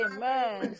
Amen